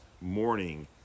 morning